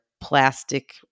plastic